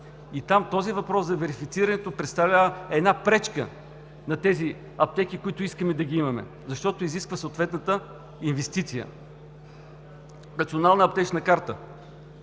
Там този въпрос за верифицирането представлява една пречка на тези аптеки, които искаме да ги имаме, защото изисква съответна инвестиция. Национална аптечна карта